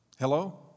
Hello